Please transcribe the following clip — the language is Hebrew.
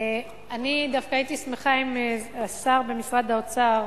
אני דווקא הייתי שמחה אם השר במשרד האוצר